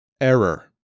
Error